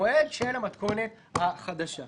למועד של המתכונת החדשה.